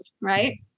right